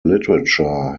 literature